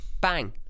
bang